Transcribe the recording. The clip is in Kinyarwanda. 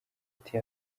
ati